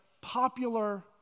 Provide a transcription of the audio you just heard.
popular